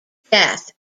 death